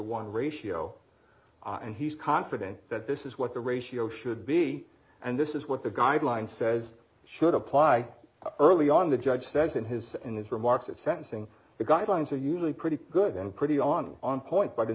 dollar ratio and he's confident that this is what the ratio should be and this is what the guideline says should apply early on the judge says in his in his remarks at sentencing the guidelines are usually pretty good and pretty on on point but in